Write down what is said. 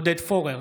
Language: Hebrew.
עודד פורר,